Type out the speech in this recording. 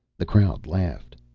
the crowd laughed.